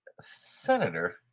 senator